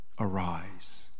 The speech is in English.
arise